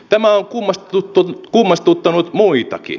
tämä on kummastuttanut muitakin